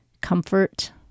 comfort